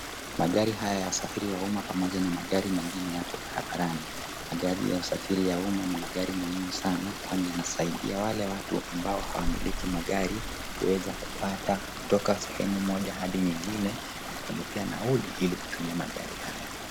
Magari haya ya usafiri wa umma pamoja na magari mengine yapo barabarani. Magari ya usafiri wa umma ni magari muhimu sana kwani yanasaidia wale watu ambao hawamiliki magari kuweza kupata kutoka sehemu moja hadi nyingine na kulipia nauli ili kutumia magari haya.